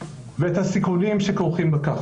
ואת הסיכונים שכרוכים בכך.